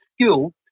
skill